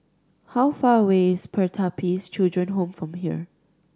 how far away is Pertapis Children Home from here